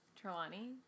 Trelawney